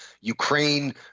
Ukraine